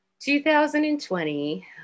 2020